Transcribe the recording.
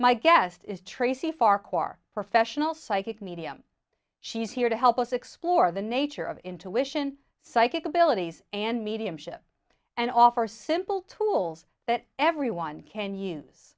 my guest is tracey farquhar professional psychic medium she's here to help us explore the nature of intuition psychic abilities and mediumship and offer simple tools that everyone can use